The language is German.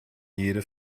jede